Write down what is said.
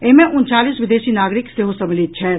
एहि मे उनचालीस विदेशी नागरिक सेहो सम्मिलित छथि